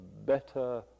better